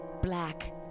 black